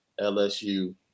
lsu